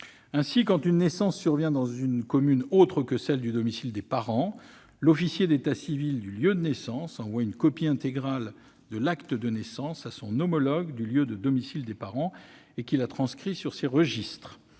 lois, quand une naissance surviendra dans une commune autre que celle du domicile des parents, l'officier d'état civil du lieu de naissance enverra une copie intégrale de l'acte de naissance à son homologue du lieu de domicile des parents, qui la transcrira sur ses registres.